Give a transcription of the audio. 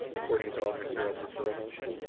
according to alderman farrell's referral motion,